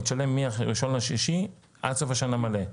היא תשלם מ-1.6 ועד סוף השנה מלא.